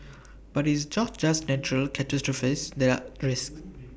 but it's job just natural catastrophes that are risks